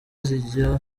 zijya